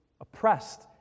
oppressed